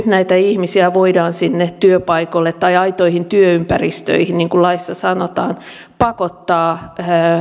näitä ihmisiä voidaan sinne työpaikoille tai aitoihin työympäristöihin niin kuin laissa sanotaan pakottaa